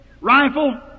rifle